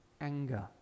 anger